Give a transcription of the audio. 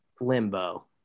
limbo